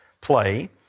play